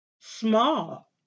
Small